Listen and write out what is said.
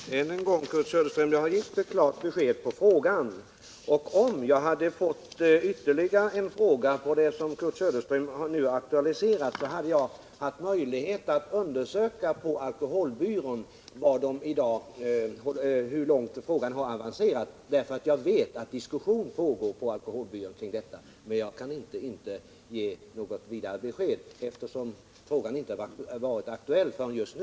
Herr talman! Ännu en gång vill jag säga till Kurt Söderström att jag har givit ett klart svar på frågan. Hade jag fått ytterligare en fråga om det som Kurt Söderström nu aktualiserat, skulle jag haft möjlighet att på alkoholbyrån undersöka hur långt den saken i dag avancerat. Jag vet att diskussion kring detta pågår på alkoholbyrån, men jag kan inte ge något vidare besked, eftersom frågan inte varit aktuell förrän just nu.